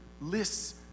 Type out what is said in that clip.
lists